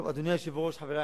אתה היית שמח לשמוע את מה שאני